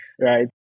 right